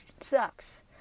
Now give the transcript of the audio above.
sucks